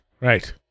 right